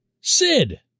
Sid